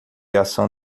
ação